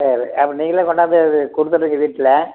சரி அப்போ நீங்களே கொண்டாந்து இது கொடுத்துடுவீங்க வீட்டில்